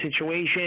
situation